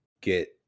get –